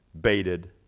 baited